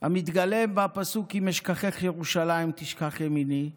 המתגלם בפסוק: "אם אשכחך ירושלם תשכח ימיני",